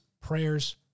prayers